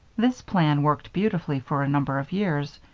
this plan worked beautifully for a number of years.